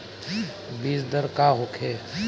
बीजदर का होखे?